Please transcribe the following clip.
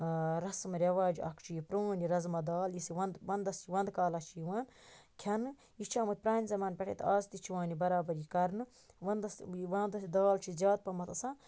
رسم رواج اکھ چھُ یہِ پرون یہِ رازما دال یُس یہِ وَندَس وَندٕ کالَس چھِ یِوان کھیٚنہٕ یہِ چھُ آمُت پرانہِ زَمانہ پیٚٹھے تہٕ آز تہِ چھ یِوان یہِ بَرابَر یہِ کَرنہٕ وَندَس وَندٕچ دال چھِ زیادٕ پَہمَتھ آسان